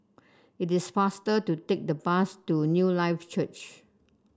it is faster to take the bus to Newlife Church